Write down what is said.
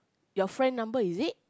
your friend number is it